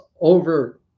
over